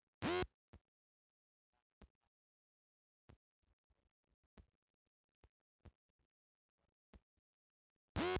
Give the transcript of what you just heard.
अल्पकालिक आर्थिक सहयोग खातिर कुछ वस्तु सन के बंधक के रूप में रख देवल जाला